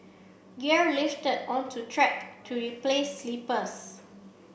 gear lifted unto track to replace sleepers